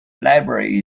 library